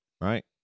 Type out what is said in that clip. right